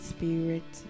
Spirit